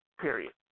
period